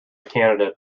candidate